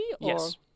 Yes